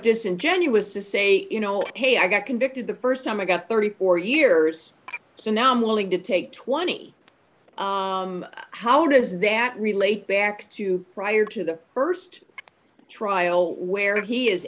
disingenuous to say you know hey i got convicted the st time i got thirty four years so now i'm willing to take twenty how does that relate back to prior to the st trial where he is